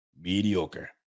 Mediocre